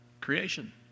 creation